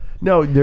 No